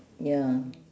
ya